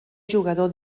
jugador